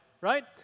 right